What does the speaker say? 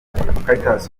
cartas